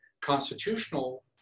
constitutional